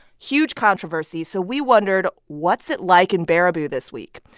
huge controversy, so we wondered, what's it like in baraboo this week?